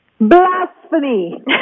Blasphemy